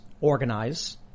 organize